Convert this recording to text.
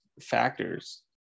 factors